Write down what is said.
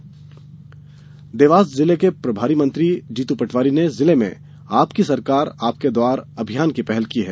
सरकार आपके द्वार देवास जिले के प्रभारी मंत्री जीतू पटवारी ने जिले में आपकी सरकार आपके द्वार अभियान की पहल की है